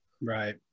right